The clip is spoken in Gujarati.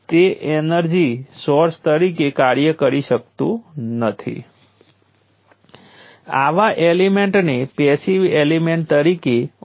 તેથી જો આ માત્ર સર્કિટ વિશ્લેષણ સમસ્યા માટે હોય તો તમે વ્યાખ્યાયિત કરશો નહીં